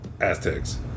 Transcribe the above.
Aztecs